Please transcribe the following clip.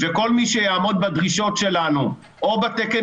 וכל מי שיעמוד בדרישות שלנו או בתקן